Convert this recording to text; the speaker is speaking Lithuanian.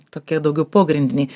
tokie daugiau pogrindiniai